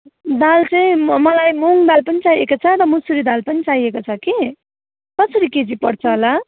दाल चाहिँ म मलाई मुङ दाल पनि चाहिएको छ र मुसुरी दाल पनि चाहिएको छ कि कसरी केजी पर्छ होला